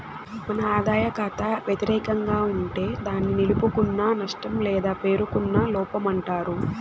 మన ఆదాయ కాతా వెతిరేకం గుంటే దాన్ని నిలుపుకున్న నష్టం లేదా పేరుకున్న లోపమంటారు